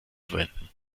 verwenden